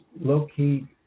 low-key